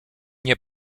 nie